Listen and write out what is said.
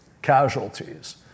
casualties